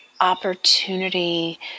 opportunity